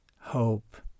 hope